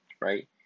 right